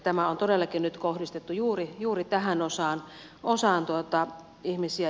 tämä on todellakin nyt kohdistettu juuri tähän osaan ihmisiä